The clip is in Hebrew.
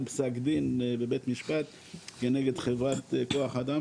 פסק דין בבית משפט כנגד חברת כוח אדם